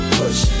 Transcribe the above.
push